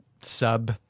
sub